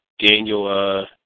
Daniel